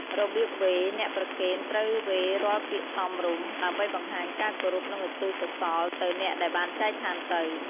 របៀបវេរ អ្នកប្រគេនត្រូវវេររាល់ពាក្យសមរម្យ ដើម្បីបង្ហាញការគោរព និងឧទ្ទិសកោសលទៅអ្នកដែលបានចែកឋានទៅ។